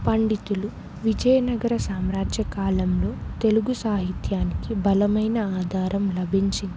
పండితులు విజయనగర సామ్రాజ్య కాలంలో తెలుగు సాహిత్యానికి బలమైన ఆధారం లభించింది